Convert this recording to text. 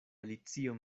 alicio